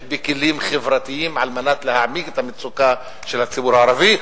בכלים חברתיים על מנת להעמיק את המצוקה של הציבור הערבי.